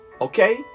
Okay